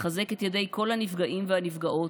ולחזק את ידי כל הנפגעים והנפגעות,